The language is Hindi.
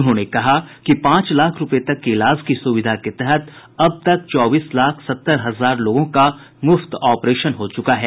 उन्होंने कहा कि पांच लाख रूपये तक के इलाज की सुविधा के तहत अब तक चौबीस लाख सत्तर हजार लोगों का मुफ्त ऑपरेशन हो चुका है